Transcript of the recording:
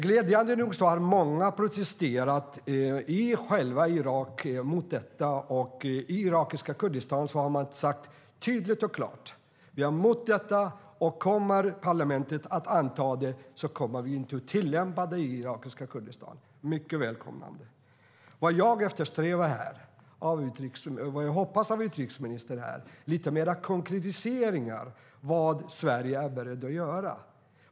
Glädjande nog har många i Irak protesterat mot detta. I irakiska Kurdistan har man sagt tydligt och klart att man är emot detta. Kommer parlamentet att anta förslaget kommer man inte att tillämpa det i irakiska Kurdistan. Detta är mycket välkommet. Vad jag hoppas av utrikesministern är lite mer konkretiseringar av vad Sverige är berett att göra.